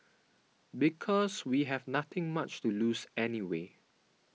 because we have nothing much to lose anyway